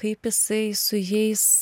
kaip jisai su jais